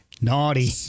naughty